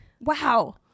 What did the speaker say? Wow